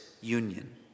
union